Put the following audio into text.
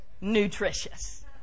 nutritious